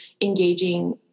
engaging